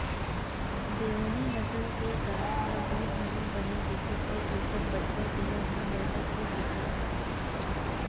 देओनी नसल के गाय ह दूद घलौ बने देथे अउ ओकर बछवा पिला ह बइला के बूता आथे